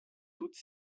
toutes